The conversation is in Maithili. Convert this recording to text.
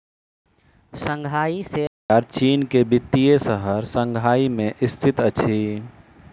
शंघाई शेयर बजार चीन के वित्तीय शहर शंघाई में स्थित अछि